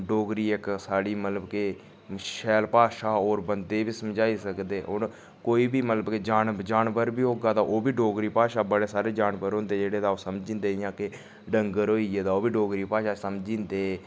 डोगरी इक साढ़ी मतलब के शैल भाशा होर बन्दे बी समझाई सकदे होर कोई बी मतलब कि जान जानबर बी होगा तां ओह् बी डोगरी भाशा बड़े सारे जानबर होंदे जेह्ड़े तां ओह् समझी जन्दे जियां कि डंगर होई गे तां ओह् बी डोगरी भाशा समझी जंदे